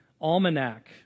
almanac